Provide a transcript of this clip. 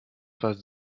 phase